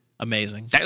Amazing